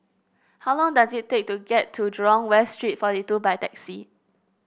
how long does it take to get to Jurong West Street forty two by taxi